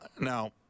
Now